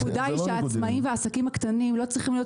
העצמאים והעסקים הקטנים לא צריכים להיות